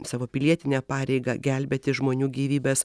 savo pilietinę pareigą gelbėti žmonių gyvybes